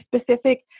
specific